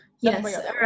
Yes